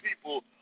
people